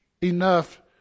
enough